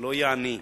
שלא יהיה עני.